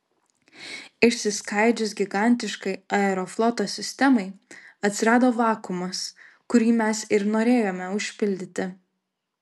išsiskaidžius gigantiškai aerofloto sistemai atsirado vakuumas kurį mes ir norėjome užpildyti